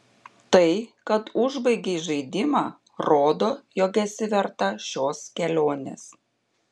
tai kad užbaigei žaidimą rodo jog esi verta šios kelionės